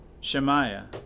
Shemaiah